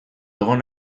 egon